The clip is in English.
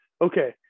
okay